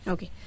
Okay